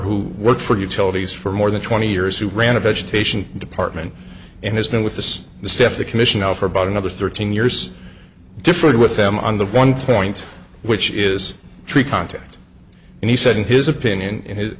who work for utilities for more than twenty years who ran a vegetation department and has been with this the staff the commission now for about another thirteen years differed with them on the one point which is tree contact and he said in his opinion